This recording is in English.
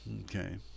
Okay